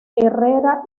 herrera